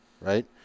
Right